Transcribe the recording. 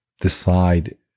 decide